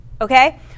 Okay